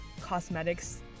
cosmetics